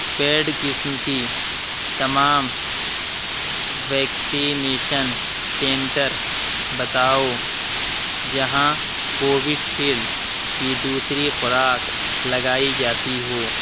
paid قسم کی تمام ویکسینیشن سنٹر بتاؤ جہاں کووڈ شیلڈ کی دوسری خوراک لگائی جاتی ہو